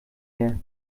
her